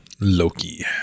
Loki